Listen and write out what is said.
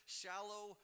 shallow